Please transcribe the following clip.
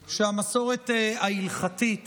כך שהמסורת ההלכתית